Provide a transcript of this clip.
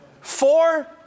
Four